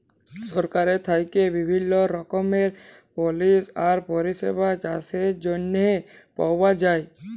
সরকারের থ্যাইকে বিভিল্ল্য রকমের পলিসি আর পরিষেবা চাষের জ্যনহে পাউয়া যায়